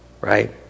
Right